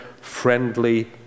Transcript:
friendly